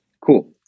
cool